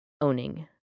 owning